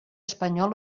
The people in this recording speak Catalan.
espanyol